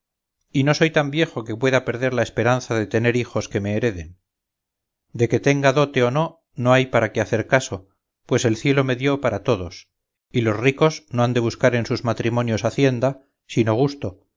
y no soy tan viejo que pueda perder la esperanza de tener hijos que me hereden de que tenga dote o no no hay para qué hacer caso pues el cielo me dio para todos y los ricos no han de buscar en sus matrimonios hacienda sino gusto